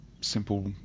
simple